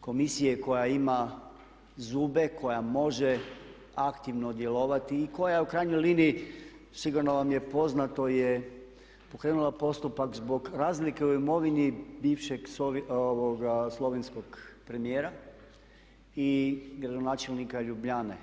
komisije koja ima zube, koja može aktivno djelovati i koja u krajnjoj liniji sigurno vam je poznato je pokrenula postupak zbog razlike u imovini bivšeg slovenskog premijera i gradonačelnika Ljubljane.